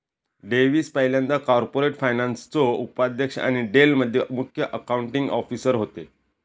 Davis पयल्यांदा corporate फायनान्सचो उपाध्यक्ष आणि डेल मध्ये मुख्य अकाउंटींग ऑफिसर होते